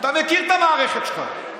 אתה מכיר את המערכת שלך.